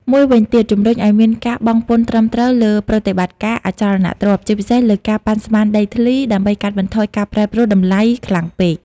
មួយវិញទៀត ជំរុញឲ្យមានការបង់ពន្ធត្រឹមត្រូវលើប្រតិបត្តិការអចលនទ្រព្យ ជាពិសេសលើការ ប៉ាន់ស្មានដីធ្លី ដើម្បីកាត់បន្ថយការប្រែប្រួលតម្លៃខ្លាំងពេក។